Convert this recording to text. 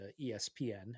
ESPN